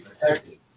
protected